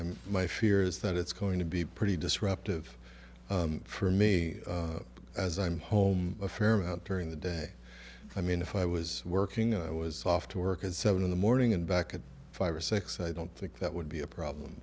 i'm my fear is that it's going to be pretty disruptive for me as i'm home a fair amount during the day i mean if i was working i was off to work at seven in the morning and back at five or six i don't think that would be a problem